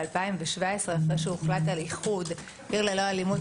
ב-2017 אחרי שהוחלט על איחוד של עיר ללא אלימות,